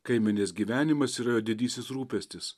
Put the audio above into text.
kaimenės gyvenimas yra jo didysis rūpestis